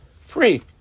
free